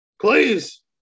please